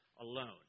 alone